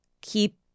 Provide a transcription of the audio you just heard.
keep